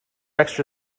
extra